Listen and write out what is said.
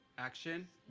action.